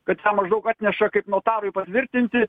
kad jam maždaug atneša kaip notarui patvirtinti